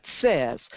says